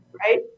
Right